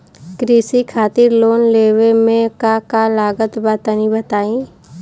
कृषि खातिर लोन लेवे मे का का लागत बा तनि बताईं?